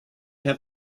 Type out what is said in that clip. have